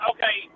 Okay